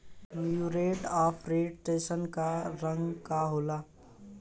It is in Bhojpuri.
म्यूरेट ऑफपोटाश के रंग का होला?